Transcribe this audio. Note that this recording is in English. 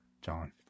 john